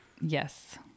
Yes